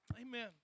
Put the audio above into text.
Amen